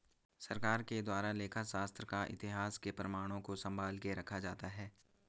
सरकार के द्वारा लेखा शास्त्र का इतिहास के प्रमाणों को सम्भाल के रखा जाता है